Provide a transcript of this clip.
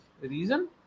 reason